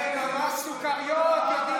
אתם ממש סוכריות, יודעים